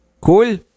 Cool